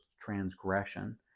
transgression